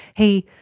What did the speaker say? hey,